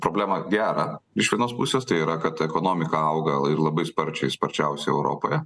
problemą gerą iš vienos pusės tai yra kad ekonomika auga ir labai sparčiai sparčiausiai europoje